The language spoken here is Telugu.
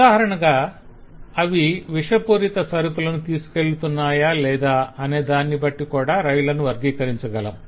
ఉదాహరణగా అవి విషపూరిత సరుకులను తీసుకెళ్ళుతున్నాయా లేదా అనే దాన్ని బట్టి కూడా రైళ్ళను వర్గీకరించగలం